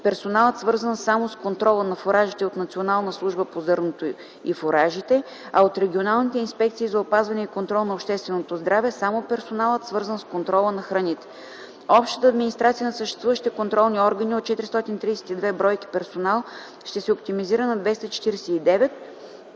персоналът, свързан само с контрола на фуражите от Националната служба по зърното и фуражите, а от регионалните инспекции за опазване и контрол на общественото здраве – само персоналът, свързан с контрола на храните. Общата администрация на съществуващите контролни органи от 432 бройки персонал ще се оптимизира на 249,